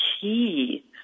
key